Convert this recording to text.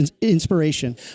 inspiration